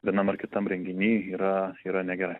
vienam ar kitam renginy yra yra negerai